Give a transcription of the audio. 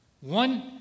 one